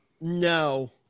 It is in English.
no